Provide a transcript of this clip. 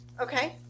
okay